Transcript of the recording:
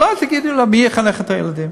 אולי תגידו לי מי יחנך את הילדים.